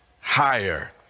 higher